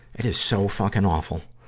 it is so fucking awful.